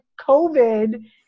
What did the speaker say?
covid